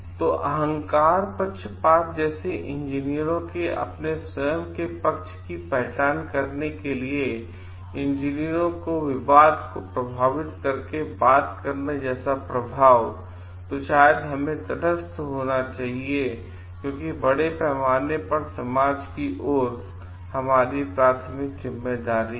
तो अहंकार पक्षपात जैसे इंजीनियरों के अपने स्वयं के पक्ष की पहचान करने के लिए इंजीनियरों को विवाद को प्रभावित करके बात करने जैसा प्रभावतो शायद हमें तटस्थ होना चाहिए क्योंकि बड़े पैमाने पर समाज की ओर हमारी प्राथमिक जिम्मेदारी है